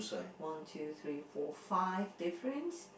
one two three four five different